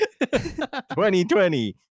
2020